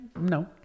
No